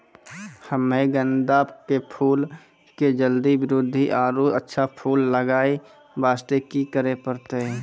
हम्मे गेंदा के फूल के जल्दी बृद्धि आरु अच्छा फूल लगय वास्ते की करे परतै?